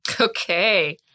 Okay